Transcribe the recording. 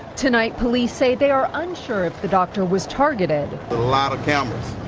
tonight, police say they are unsure if the doctor was targeted. a lot of cameras,